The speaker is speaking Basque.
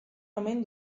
omen